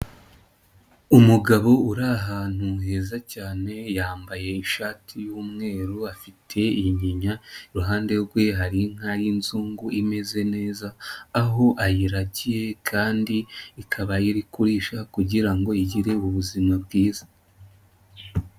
Umugabo uri ahantu heza cyane yambaye ishati y'umweru afite inyinya, iruhande rwe hari inka y'inzungu imeze neza, aho ayiragiye kandi ikaba iri kurisha kugira ngo igire ubuzima bwiza.